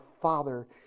Father